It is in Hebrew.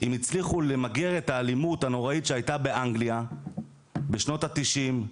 אם הצליחו למגר את האלימות הנוראית שהייתה באנגליה בשנות ה-90'